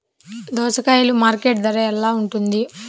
దోసకాయలు మార్కెట్ ధర ఎలా ఉంటుంది?